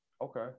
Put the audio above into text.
Okay